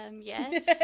yes